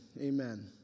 Amen